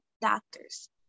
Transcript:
doctors